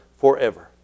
forever